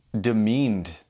demeaned